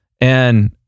And-